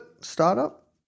startup